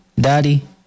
Daddy